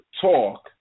talk